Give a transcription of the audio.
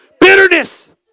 Bitterness